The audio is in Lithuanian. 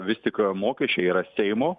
vis tik mokesčiai yra seimo